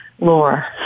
lore